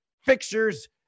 fixtures